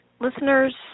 Listeners